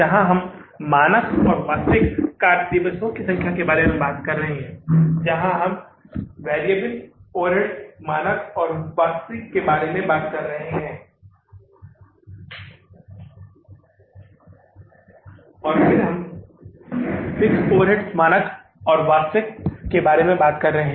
जहां हम मानक और वास्तविक कार्य दिवसों की संख्या के बारे में बात कर रहे हैं जहां हम वैरिएबल ओवरहेड्स मानक और वास्तविक के बारे में बात कर रहे हैं और फिर हम फिक्स्ड ओवरहेड्स मानक और वास्तविक के बारे में बात कर रहे हैं